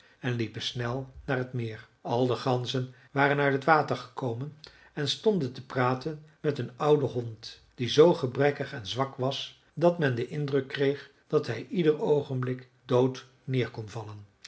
en liepen snel naar het meer al de ganzen waren uit het water gekomen en stonden te praten met een ouden hond die zoo gebrekkig en zwak was dat men den indruk kreeg dat hij ieder oogenblik dood neer kon vallen